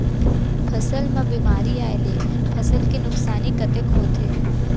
फसल म बेमारी आए ले फसल के नुकसानी कतेक होथे?